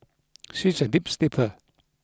she is a deep sleeper